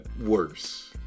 worse